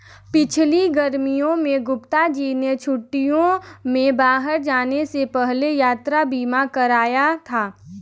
पिछली गर्मियों में गुप्ता जी ने छुट्टियों में बाहर जाने से पहले यात्रा बीमा कराया था